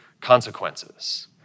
consequences